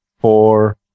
four